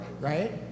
right